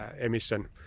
emission